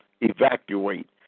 evacuate